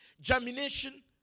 germination